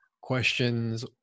questions